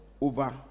over